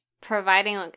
providing